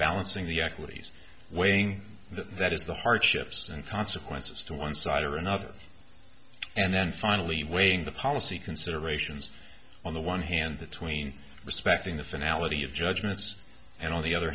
balancing the equities weighing that is the hardships and consequences to one side or another and then finally weighing the policy considerations on the one hand the tween respecting the finale of judgments and on the other